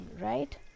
right